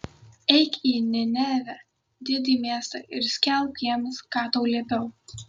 eik į ninevę didį miestą ir skelbk jiems ką tau liepiau